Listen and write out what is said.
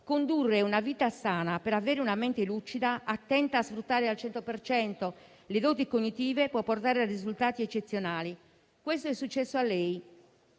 condurre una vita sana per avere una mente lucida, attenta a sfruttare al 100 per cento le doti cognitive, può portare a risultati eccezionali. Questo è successo a lei.